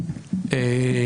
situation.